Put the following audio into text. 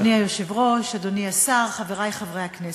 אדוני היושב-ראש, אדוני השר, חברי חברי הכנסת,